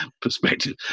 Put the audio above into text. perspective